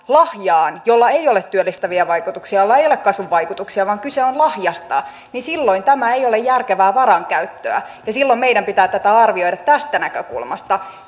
lahjaan jolla ei ole työllistäviä vaikutuksia jolla ei ole kasvuvaikutuksia vaan kyse on lahjasta niin silloin tämä ei ole järkevää varainkäyttöä ja silloin meidän pitää tätä arvioida tästä näkökulmasta